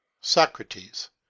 Socrates